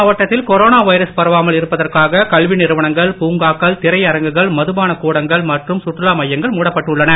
கடலூர் கடலூர் மவாட்டத்தில் corona virus பரவாமல் இருப்பதற்காக கல்வி நிறுவனங்கள் பூங்காக்கள் திரையரங்குகள் மது பானக் கூடங்கள் மற்றும் சுற்றுலா மையங்கள் மூடப்பட்டுள்ளன